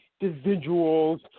individuals